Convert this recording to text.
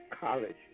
college